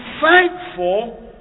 thankful